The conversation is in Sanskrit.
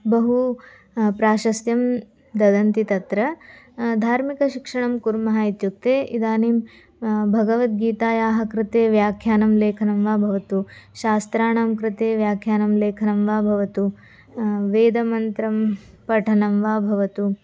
बहु प्राशस्त्यं ददति तत्र धार्मिकशिक्षणं कुर्मः इत्युक्ते इदानीं भगवद्गीतायाः कृते व्याख्यानं लेखनं वा भवतु शास्त्राणां कृते व्याख्यानं लेखनं वा भवतु वेदमन्त्रं पठनं वा भवतु